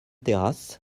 terrasse